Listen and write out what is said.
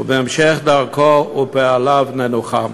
ובהמשך דרכו ופעליו ננוחם.